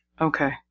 Okay